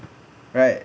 right